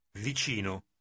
vicino